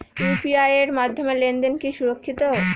UPI এর মাধ্যমে লেনদেন কি সুরক্ষিত?